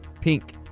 Pink